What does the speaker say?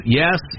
yes